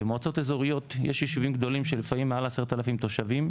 במועצות אזוריות יש יישובים גדולים של לפעמים מעל ל-10,000 תושבים,